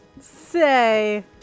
say